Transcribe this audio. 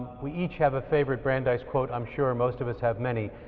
we each have a favorite brandeis quote, i'm sure most of us have many,